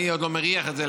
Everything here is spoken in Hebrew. אני עוד לא מריח את זה,